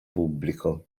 pubblico